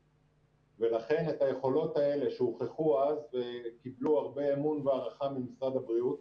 ולכן את היכולות האלה שהוכחו אז וקיבלו הרבה אמון והערכה ממשרד הבריאות,